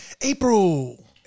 April